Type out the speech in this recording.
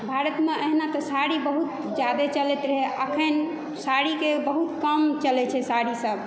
भारतमे एहिना तऽ साड़ी बहुत जादे चलैत रहै अखन साड़ीके बहुत कम चलै छै साड़ी सभ